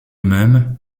même